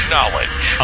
Knowledge